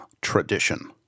tradition